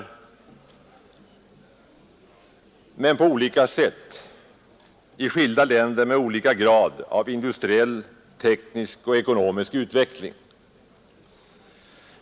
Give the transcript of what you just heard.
Hotet tar sig skilda uttryck i olika länder med varierande grad av industriell, teknisk och ekonomisk utveckling.